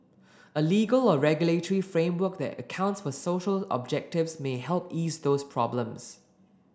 a legal or regulatory framework that accounts for social objectives may help ease those problems